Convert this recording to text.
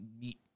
meet